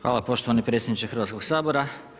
Hvala poštovani predsjedniče Hrvatskog sabora.